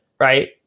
Right